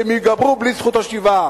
והם ייגמרו בלי זכות השיבה.